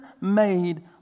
made